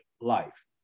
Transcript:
life